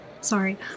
Sorry